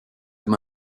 m’a